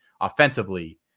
offensively